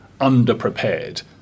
underprepared